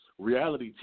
reality